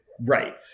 Right